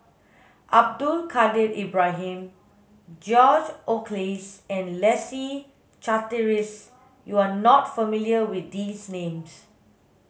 Abdul Kadir Ibrahim George Oehlers and Leslie Charteris you are not familiar with these names